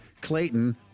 Clayton